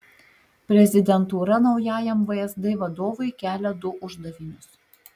prezidentūra naujajam vsd vadovui kelia du uždavinius